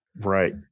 Right